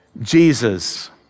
Jesus